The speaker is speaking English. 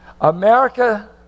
America